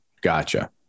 Gotcha